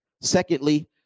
Secondly